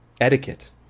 etiquette